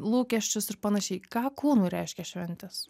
lūkesčius ir panašiai ką kūnui reiškia šventės